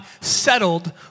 settled